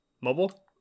mobile